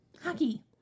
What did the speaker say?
Hockey